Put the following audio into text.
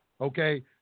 Okay